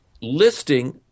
listing